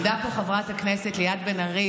עמדה פה חברת הכנסת ליאת בן ארי